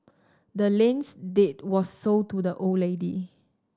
the land's deed was sold to the old lady